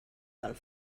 del